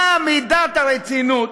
מה מידת הרצינות